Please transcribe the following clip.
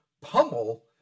pummel